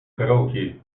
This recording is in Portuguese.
karaokê